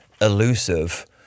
elusive